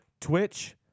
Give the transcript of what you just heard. Twitch